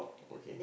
okay